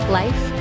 life